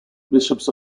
bishops